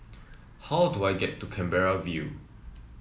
how do I get to Canberra View